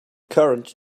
current